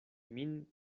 min